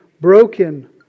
broken